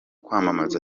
kwamamaza